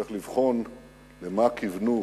צריך לבחון לְמה כיוונו,